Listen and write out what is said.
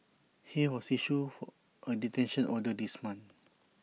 he was issued for A detention order this month